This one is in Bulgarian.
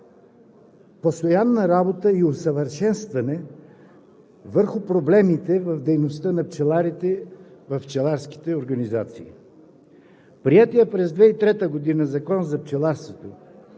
постоянна работа и усъвършенстване върху проблемите в дейността на пчеларите в пчеларските организации. С приетия през 2003 г. Закон за пчеларството